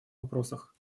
вопросах